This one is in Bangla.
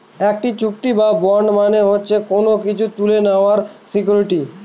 একটি চুক্তি বা বন্ড মানে হচ্ছে কোনো কিছু তুলে নেওয়ার সিকুইরিটি